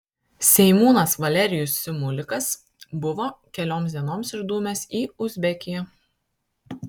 seimūnas valerijus simulikas buvo kelioms dienoms išdūmęs į uzbekiją